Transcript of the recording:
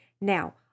Now